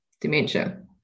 dementia